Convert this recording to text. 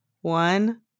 One